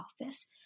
office